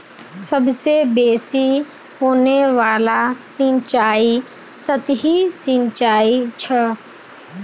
सबसे बेसि होने वाला सिंचाई सतही सिंचाई छ